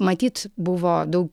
matyt buvo daug